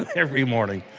every morning,